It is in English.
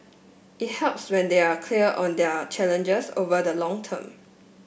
it helps when they are clear on their challenges over the long term